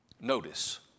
Notice